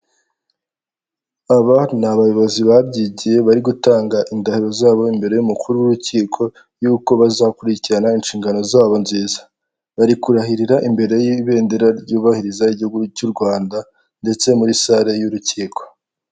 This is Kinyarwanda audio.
Aba ni abayobozi babyigiye bari gutanga indahiro zabo imbere y'umukuru w'urukiko, y'uko bazakurikirana inshingano zabo nziza. Bari kurahirira imbere y'ibendera ryubahiriza igihugu cy'Urwanda, ndetse muri sare y'urukiko.